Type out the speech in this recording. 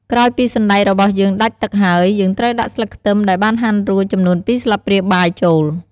ក្រោយពីសណ្តែករបស់យើងដាច់ទឹកហើយ យើងត្រូវដាក់ស្លឹកខ្ទឹមដែលបានហាន់រួច ចំនួន២ស្លាបព្រាបាយចូល។